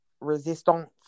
resistance